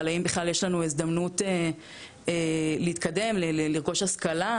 על האם בכלל יש לנו הזדמנות להתקדם, לרכוש השכלה.